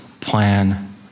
plan